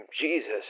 Jesus